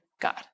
God